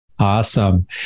Awesome